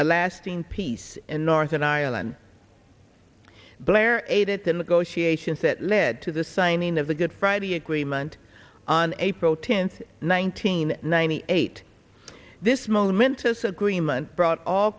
a lasting peace in northern ireland blair aided in the goshi ations that led to the signing of the good friday agreement on april tenth nineteen ninety eight this momentous agreement brought all